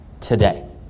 today